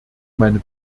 meine